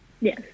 Yes